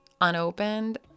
unopened